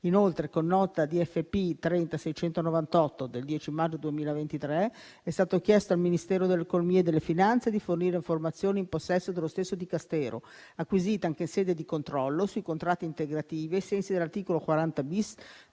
Inoltre, con nota DFP n. 30698 del 10 maggio 2023, è stato chiesto al Ministero dell'economia e delle finanze di fornire informazioni in possesso dello stesso dicastero, acquisite anche in sede di controllo sui contratti integrativi ai sensi dell'articolo 40-*bis*